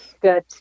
Good